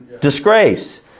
Disgrace